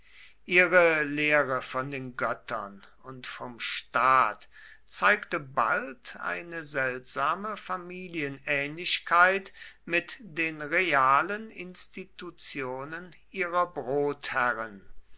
ihre lehre von den göttern und vom staat zeigte bald eine seltsame familienähnlichkeit mit den realen institutionen ihrer brotherren